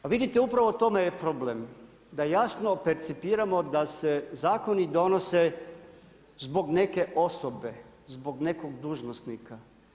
Pa vidite upravo u tome je problem, da jasno percipiramo da se zakoni donose zbog neke osobe, zbog nekog dužnosnika.